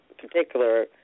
particular